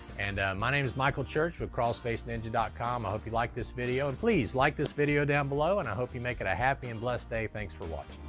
and my name is michael church with crawlspaceninja com. i hope you like this video, and please, like this video down below, and i hope you make it a happy and blessed day. thanks for watching.